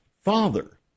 father